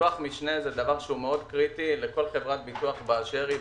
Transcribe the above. ביטוח משנה זה דבר שהוא קריטי לכל חברת ביטוח באשר היא,